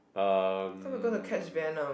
um